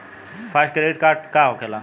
Fast credit का होखेला?